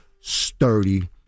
sturdy